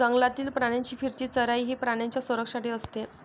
जंगलातील प्राण्यांची फिरती चराई ही प्राण्यांच्या संरक्षणासाठी असते